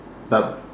but